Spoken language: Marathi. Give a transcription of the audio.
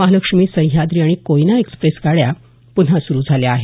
महालक्ष्मी सह्याद्री आणि कोयना एक्सप्रेस गाड्या प्रन्हा सुरू झाल्या आहेत